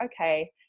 okay